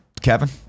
Kevin